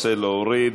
13, להוריד.